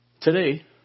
Today